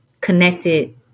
connected